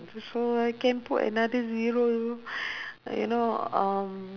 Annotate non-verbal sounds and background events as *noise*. so I can put another zero *breath* you know um